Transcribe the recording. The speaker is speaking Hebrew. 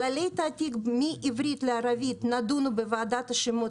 כללי התעתיק מעברית לערבית נדונו בוועדת השמות